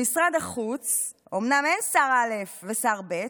במשרד החוץ אומנם אין שר א' ושר ב',